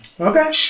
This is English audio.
Okay